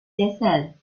casals